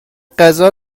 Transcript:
غذا